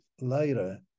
later